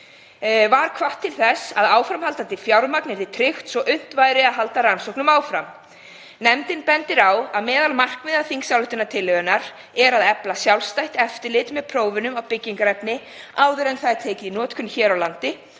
Var hvatt til þess að áframhaldandi fjármagn yrði tryggt svo unnt væri að halda rannsóknum áfram. Nefndin bendir á að meðal markmiða þingsályktunartillögunnar sé að efla sjálfstætt eftirlit með prófunum á byggingarefni áður en það er tekið í notkun hér á landi